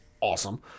awesome